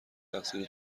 تقصیر